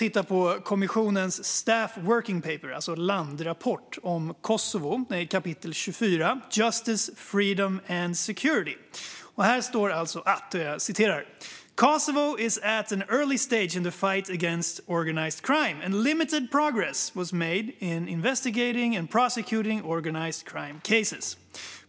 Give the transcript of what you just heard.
I kommissionens staff working paper, alltså landrapport, om Kosovo står följande i kapitel 24, Justice, freedom and security: "Kosovo is at an early stage in the fight against organised crime and limited progress was made in investigating and prosecuting organised crime cases.